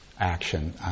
action